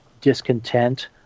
discontent